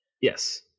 Yes